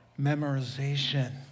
memorization